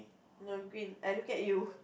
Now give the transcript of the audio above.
no green I look at you